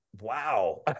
wow